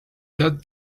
that